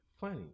funny